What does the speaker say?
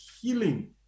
healing